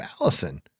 Allison